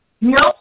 No